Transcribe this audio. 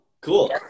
cool